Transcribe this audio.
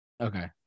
okay